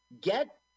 get